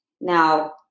Now